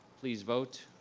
please vote.